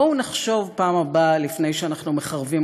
בואו נחשוב בפעם הבאה לפני שאנחנו מחרבים